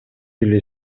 эле